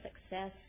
success